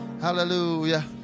Hallelujah